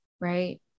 right